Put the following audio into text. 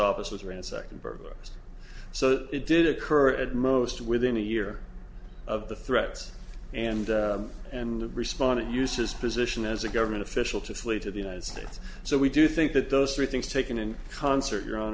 office was ransacked in progress so it did occur at most within a year of the threats and and to respond to use his position as a government official to flee to the united states so we do think that those three things taken in concert your